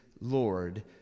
Lord